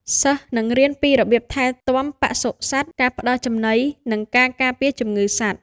សិស្សនឹងរៀនពីរបៀបថែទាំបសុសត្វ ការផ្តល់ចំណី និងការការពារជំងឺសត្វ។